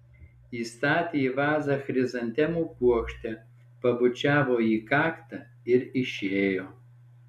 įstatė į vazą chrizantemų puokštę pabučiavo į kaktą ir išėjo